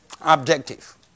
objective